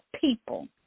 people